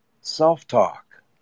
self-talk